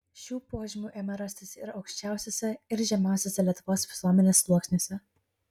šių požymių ėmė rastis ir aukščiausiuose ir žemiausiuose lietuvos visuomenės sluoksniuose